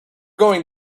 going